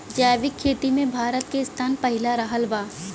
जैविक खेती मे भारत के स्थान पहिला रहल बा